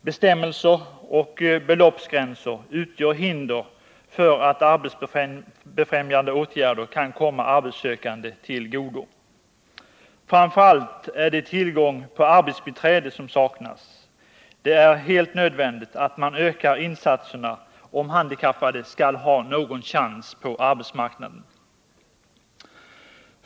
Bestämmelser och beloppsgränser utgör hinder för att arbetsbefrämjande åtgärder kommer arbetssökande till godo. Framför allt är det tillgång till arbetsbiträde som saknas. Det är helt nödvändigt att man ökar insatserna om handikappade skall ha någon chans på arbetsmarknaden.